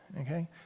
okay